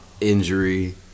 Injury